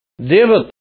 David